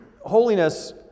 Holiness